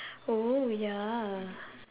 oh ya